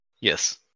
Yes